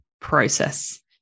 process